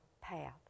path